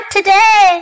Today